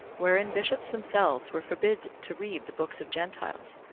wherein bishops themselves were forbid to read the books of gentiles,